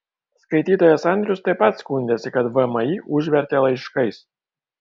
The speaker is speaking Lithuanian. skaitytojas andrius taip pat skundėsi kad vmi užvertė laiškais